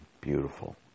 Beautiful